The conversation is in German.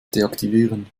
deaktivieren